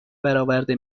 براورده